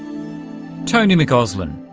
tony mcauslan.